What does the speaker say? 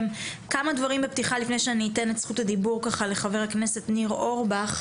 כמה דברים לפתיחה לפני שאני אתן את זכות הדיבור לחבר הכנסת ניר אורבך.